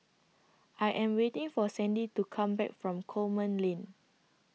I Am waiting For Sandie to Come Back from Coleman Lane